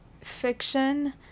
fiction